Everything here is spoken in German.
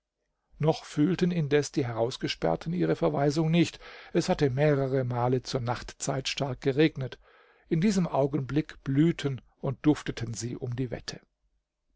noch fühlten indes die herausgesperrten ihre verwaisung nicht es hatte mehreremal zur nachtzeit stark geregnet in diesem augenblick blühten und dufteten sie um die wette